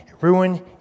ruin